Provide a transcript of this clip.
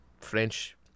French